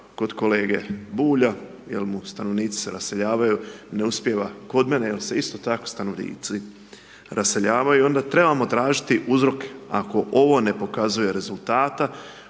kod kolege Bulja jer mu stanovnici se raseljavaju, ne uspijeva kod mene jer se isto tako stanovnici raseljavaju onda trebamo tražiti uzroke ako ovo ne pokazuje rezultata